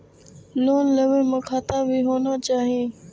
Loan लेबे में खाता भी होना चाहि?